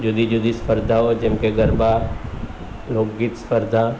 જુદી જુદી સ્પર્ધાઓ જેમ કે ગરબા લોકગીત સ્પર્ધા